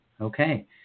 Okay